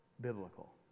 biblical